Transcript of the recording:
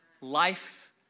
life